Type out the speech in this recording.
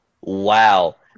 Wow